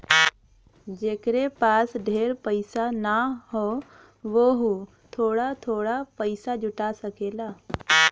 जेकरे पास ढेर पइसा ना हौ वोहू थोड़ा थोड़ा पइसा जुटा सकेला